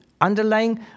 underlying